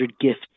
gifts